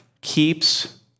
keeps